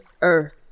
earth